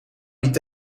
niet